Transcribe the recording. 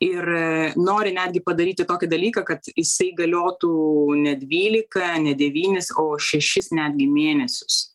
ir nori netgi padaryti tokį dalyką kad jisai galiotų ne dvylika devynis o šešis netgi mėnesius